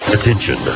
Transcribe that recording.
Attention